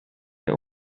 mehr